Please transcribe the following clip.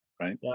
right